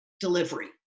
delivery